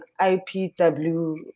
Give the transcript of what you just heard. IPW